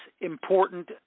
important